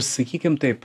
sakykim taip